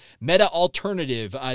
meta-alternative